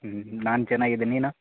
ಹ್ಞೂ ನಾನು ಚೆನ್ನಾಗಿದೆ ನೀನು